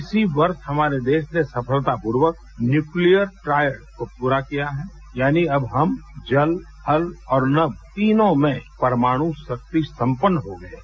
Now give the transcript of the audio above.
इसी वर्ष हमारे देश ने सफलतापूर्वक न्यूक्लियर ट्राइड को पूरा किया है यानी अब हम जल थल और नभ तीनों में परमाणुशक्ति संपन्न हो गए हैं